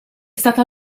stata